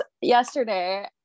yesterday